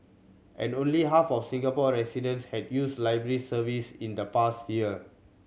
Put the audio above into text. and only half of Singapore residents had used library services in the past year